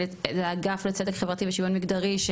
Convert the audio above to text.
האגף לצדק חברתי ושוויון מגדרי,